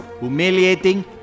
humiliating